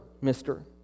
mister